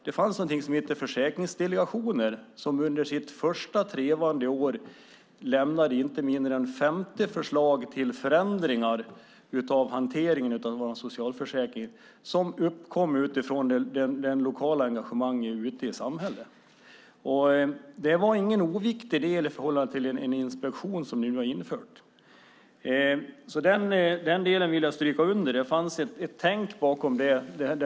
Det fanns någonting som hette försäkringsdelegationer, som under det första trevande året lämnade inte mindre än 50 förslag till förändringar i hanteringen av våra socialförsäkringar. De uppkom utifrån det lokala engagemanget ute i samhället. De var ingen oviktig del i förhållande till den inspektion som ni nu har infört. Jag vill stryka under att det fanns ett tänk bakom det.